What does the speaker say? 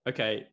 Okay